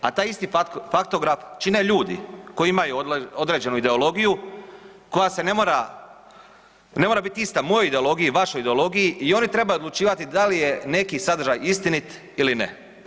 A taj isti Faktograf čine ljudi koji imaju određenu ideologiju koja ne mora bit ista mojoj ideologiji, vašoj ideologiji i oni trebaju odlučivati da li neki sadržaj istinit ili ne.